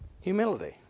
Humility